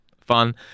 fun